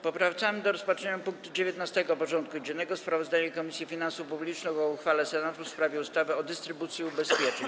Powracamy do rozpatrzenia punktu 19. porządku dziennego: Sprawozdanie Komisji Finansów Publicznych o uchwale Senatu w sprawie ustawy o dystrybucji ubezpieczeń.